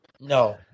no